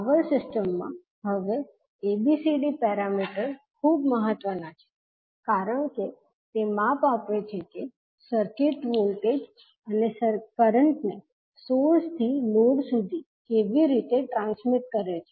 power સિસ્ટમમાં માં હવે ABCD પેરામીટર ખૂબ મહત્વના છે કારણ કે તે માપ આપે છે કે સર્કિટ વોલ્ટેજ અને કરંટ ને સોર્સ થી લોડ સુધી કેવી રીતે ટ્રાન્સમિટ કરે છે